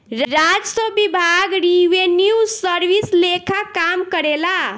राजस्व विभाग revenue service लेखा काम करेला